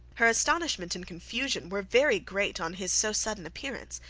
her astonishment and confusion were very great on his so sudden appearance.